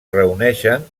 reuneixen